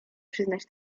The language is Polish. przyznać